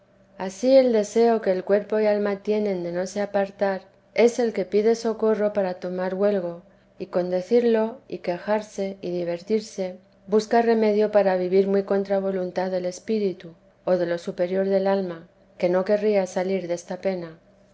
ansí el deseo que el cuerpo y alma tienen de no se apartar es el que pide socorro para tomar huelgo y con decirlo y quejarse y divertirse busca remedio para vivir muy contra voluntad del espíritu o de lo superior del alma que no querría salir desta pena